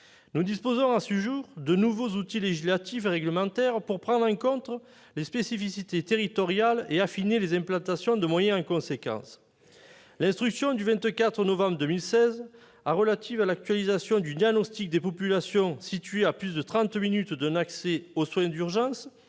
Nous disposons à ce jour de nouveaux outils législatifs et réglementaires pour prendre en compte les spécificités territoriales et affiner les implantations de moyens en conséquence. L'instruction du 24 novembre 2016 relative à l'actualisation du diagnostic des populations situées à plus de trente minutes d'un accès aux soins urgents